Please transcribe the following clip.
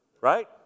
Right